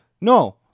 No